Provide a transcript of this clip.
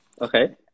Okay